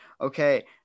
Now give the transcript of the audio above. Okay